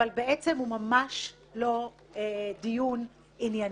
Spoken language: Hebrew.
אבל בעצם הוא ממש לא דיון ענייני,